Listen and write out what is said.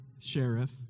sheriff